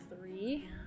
three